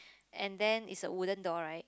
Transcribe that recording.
and then is the wooden door right